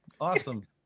Awesome